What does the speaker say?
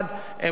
הם לא מתואמים,